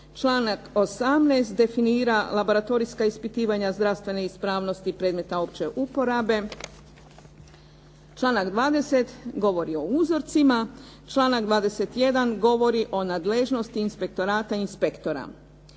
Članak 18. definira laboratorijska ispitivanja zdravstvene ispravnosti predmeta opće uporabe. Članak 20. govori o uzorcima. Članak 21. govori o nadležnosti inspektorata inspektora.